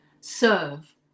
serve